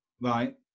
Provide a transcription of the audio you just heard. right